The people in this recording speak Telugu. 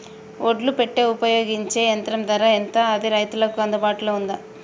ఒడ్లు పెట్టే ఉపయోగించే యంత్రం ధర ఎంత అది రైతులకు అందుబాటులో ఉందా?